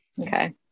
Okay